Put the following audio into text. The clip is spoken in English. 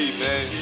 man